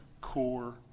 core